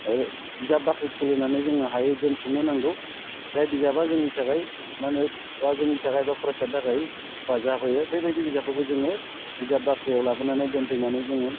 बिजाबबाख्रि खुलिनानै जोङो दोनथुमनो नांगौ जाय बिजाबा जोंनि थाखाय मा होनो बा जोंनि थाखाय बा फरायसानि थाखाय हेफाजाब होयो बेबायदि बिजाबफोरखौ जोङो बिजाब बाख्रियाव लाबोनानै दोनफैनानै जोङो